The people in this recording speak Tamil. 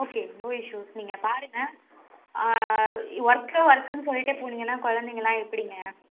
ஓகே நோ இஷ்யூஸ் நீங்கள் பாருங்கள் ஒர்க்கு ஒர்க்குன்னு சொல்லிகிட்டே போனிங்கன்னால் குழந்தைங்களா எப்படிங்க